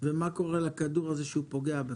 מה קורה לכדור, כשהוא פוגע בך?